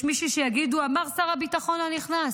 יש מי שיגידו, אמר שר הביטחון הנכנס